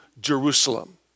Jerusalem